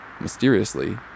mysteriously